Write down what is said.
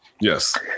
Yes